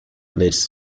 leads